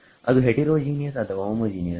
ಅದು ಹೆಟಿರೋಜೀನಿಯಸ್ ಅಥವಾ ಹೋಮೋಜೀನಿಯಸ್